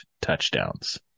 touchdowns